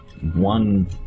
one